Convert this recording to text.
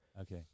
Okay